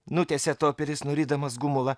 nutęsė toperis nurydamas gumulą